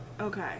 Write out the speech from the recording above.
Okay